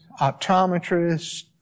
optometrists